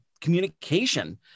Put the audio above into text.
communication